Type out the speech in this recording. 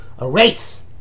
erase